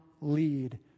lead